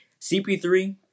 CP3